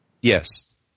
Yes